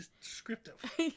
descriptive